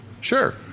Sure